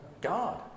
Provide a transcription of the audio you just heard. God